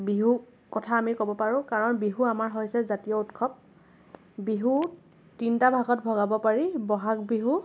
বিহুৰ কথা আমি ক'ব পাৰোঁ বিহু আমাৰ হৈছে জাতীয় উৎসৱ বিহু তিনিটা ভাগত ভগাব পাৰি ব'হাগ বিহু